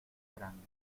grande